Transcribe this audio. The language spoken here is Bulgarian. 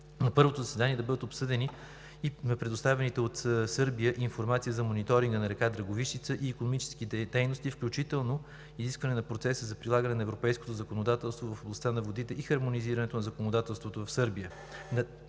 на първото заседание на Комисията да бъдат обсъдени предоставената от Сърбия информация за мониторинга на река Драговищица и икономическите дейности, включително изискване на процеса за прилагане на европейското законодателство в областта на водите и хармонизирането на законодателството в Сърбия.